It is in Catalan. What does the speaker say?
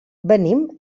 venim